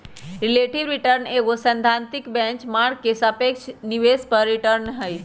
relative return एगो सैद्धांतिक benchmark के सापेक्ष निवेश पर रिटर्न हइ